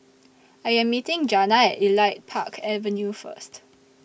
I Am meeting Jana At Elite Park Avenue First